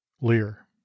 Lear